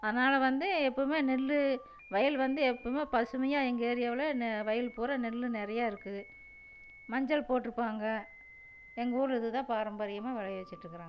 அதனால் வந்து எப்பயுமே நெல் வயல் வந்து எப்பயுமே பசுமையாக எங்கள் ஏரியாவில் நெ வயல் பூரா நெல் நிறையா இருக்கு மஞ்சள் போட்ருப்பாங்க எங்கள் ஊரில் இதுதான் பாரம்பரியமாக விளையவச்சிட்டு இருக்கிறாங்க